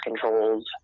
controls